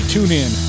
TuneIn